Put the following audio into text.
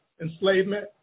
Enslavement